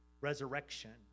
resurrection